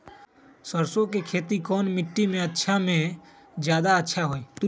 सरसो के खेती कौन मिट्टी मे अच्छा मे जादा अच्छा होइ?